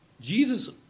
Jesus